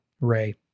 Ray